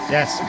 Yes